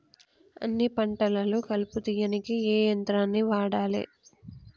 అన్ని పంటలలో కలుపు తీయనీకి ఏ యంత్రాన్ని వాడాలే?